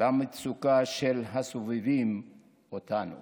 המצוקה של הסובבים אותנו